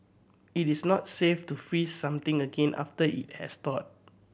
it is not safe to freeze something again after it has thawed